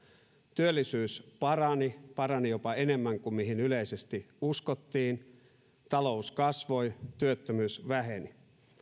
työllisyys parani parani jopa enemmän kuin mihin yleisesti uskottiin talous kasvoi työttömyys väheni